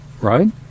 right